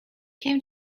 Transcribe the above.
came